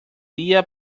día